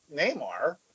Neymar